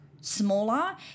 smaller